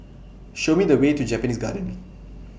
Show Me The Way to Japanese Garden